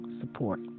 support